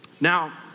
Now